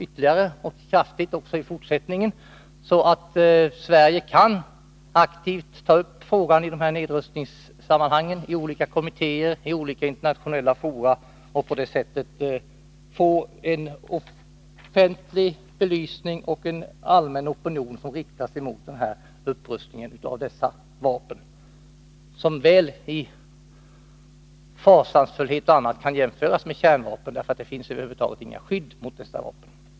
Men det arbetet måste fortsätta, och Sverige måste aktivt ta upp frågan i nedrustningssammanhang — i olika kommittéer, internationella fora osv. — för att på det sättet ge frågan en offentlig belysning och åstadkomma en allmän opinion mot upprustningen med dessa vapen, som i fasansfullhet väl kan jämföras med kärnvapens, eftersom det över huvud taget inte finns något skydd mot dem.